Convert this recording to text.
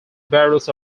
barrels